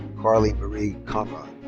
carley marie conrod.